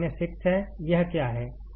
VGS